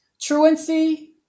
truancy